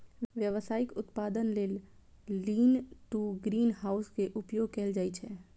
व्यावसायिक उत्पादन लेल लीन टु ग्रीनहाउस के उपयोग कैल जाइ छै